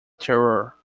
terror